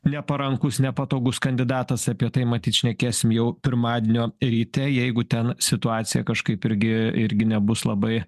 neparankūs nepatogus kandidatas apie tai matyt šnekėsim jau pirmadienio ryte jeigu ten situacija kažkaip irgi irgi nebus labai